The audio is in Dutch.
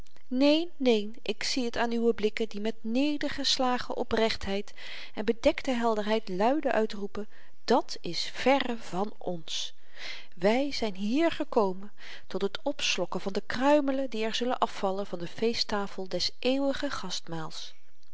neen neen ik zie het aan uwe blikken die met nedergeslagen oprechtheid en bedekte helderheid luide uitroepen dat is verre van ons wy zyn hier gekomen tot het opslokken van de kruimelen die er zullen afvallen van de feesttafel des eeuwigen